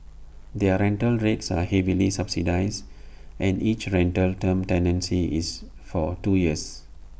their rental rates are heavily subsidised and each rental term tenancy is for two years